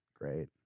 great